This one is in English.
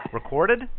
Recorded